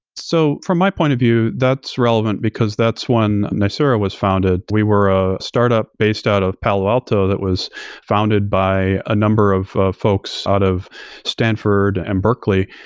so from my point of view, that's relevant because that's when nicira was founded. we were a startup based out of palo alto that was founded by a number of folks out of stanford and berkeley.